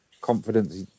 confidence